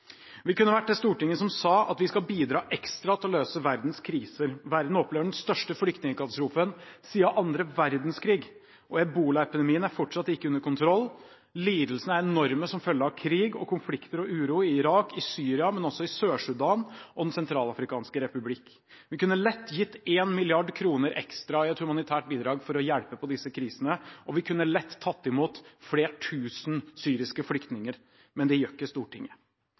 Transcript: Vi kunne ha vært det stortinget som sa at vi skal bidra ekstra til å løse verdens kriser. Verden opplever den største flyktningkatastrofen siden annen verdenskrig. Ebolaepidemien er fortsatt ikke under kontroll. Lidelsene er enorme som følge av krig, konflikter og uro i Irak og i Syria, men også i Sør-Sudan og Den sentralafrikanske republikk. Vi kunne lett gitt 1 mrd. kr ekstra i et humanitært bidrag for å hjelpe på disse krisene, og vi kunne lett tatt imot flere tusen syriske flyktninger, men det gjør ikke Stortinget.